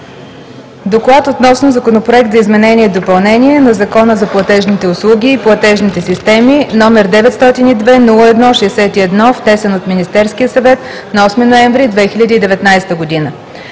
относно Законопроект за изменение и допълнение на Закона за платежните услуги и платежните системи, № 902-01-61, внесен от Министерския съвет на 8 ноември 2019 г.